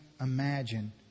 imagine